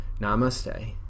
Namaste